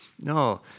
No